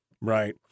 Right